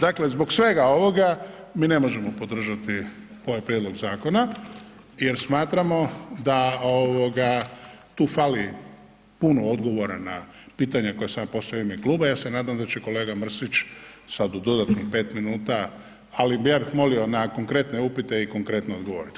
Dakle, zbog svega ovoga mi ne možemo podržati ovaj prijedlog zakona jer smatramo da ovoga tu fali puno odgovora na pitanja koja sam ja postavio u ime kluba, ja se nadam da će kolega Mrsić sad u dodatnih 5 minuta, ali bih, ja bih molio na konkretne upite i konkretno odgovorit.